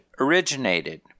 originated